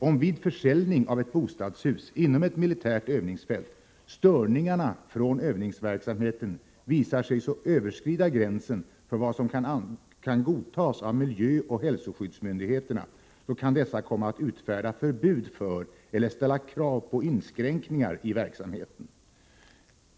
Om vid försäljning av ett bostadshus inom ett militärt övningsfält störningarna från övningsverksamheten visar sig överskrida gränsen för vad som kan godtas av miljöoch hälsoskyddsmyndigheterna kan dessa komma att utfärda förbud mot eller ställa krav på inskränkningar i verksamheten.